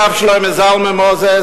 הרב שלמה זלמן מוזס,